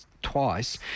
Twice